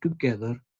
together